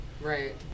Right